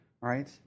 right